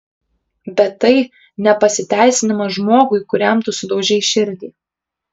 bet tai ne pasiteisinimas žmogui kuriam tu sudaužei širdį